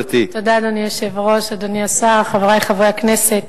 אדוני היושב-ראש, אדוני השר, חברי חברי הכנסת,